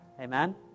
Amen